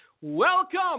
Welcome